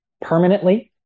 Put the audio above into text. permanently